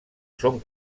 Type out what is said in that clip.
són